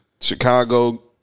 Chicago